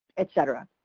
et cetera.